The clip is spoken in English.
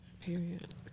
period